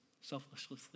selflessly